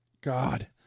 God